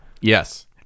Yes